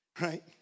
Right